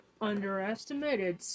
underestimated